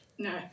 No